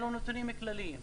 אלו נתונים כלליים,